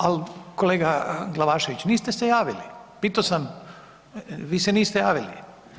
Ali kolega Glavašević, niste se javili, pitao sam, vi se niste javili.